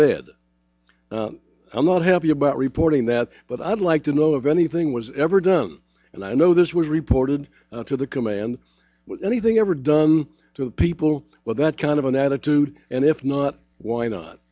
bed i'm not happy about reporting that but i'd like to know if anything was ever done and i know this was reported to the command anything ever done to the people with that kind of an attitude and if not why not